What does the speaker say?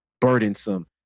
burdensome